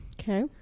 Okay